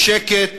בשקט,